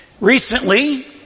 Recently